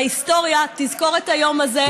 ההיסטוריה תזכור את היום הזה.